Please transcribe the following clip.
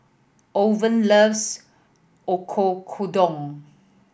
Owen loves Oyakodon